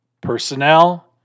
personnel